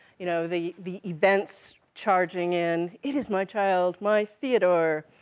you know, the the events, charging in, it is my child, my theodore.